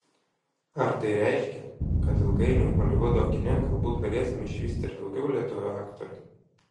ar tai reiškia kad ilgainiui holivudo kine galbūt galėsime išvysti ir daugiau lietuvių aktorių